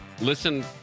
listen